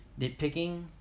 Nitpicking